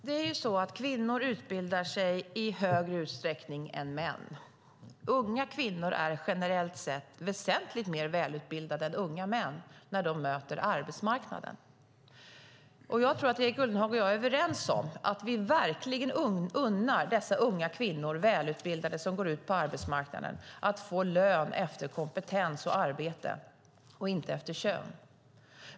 Fru talman! Kvinnor utbildar sig i högre utsträckning än män. Unga kvinnor är generellt sett väsentligt mer välutbildade än unga män när de möter arbetsmarknaden. Jag tror att Erik Ullenhag och jag är överens om att vi verkligen unnar dessa unga välutbildade kvinnor som går ut på arbetsmarknaden att få lön efter kompetens och arbete och inte efter kön.